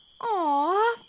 Aw